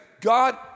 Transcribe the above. God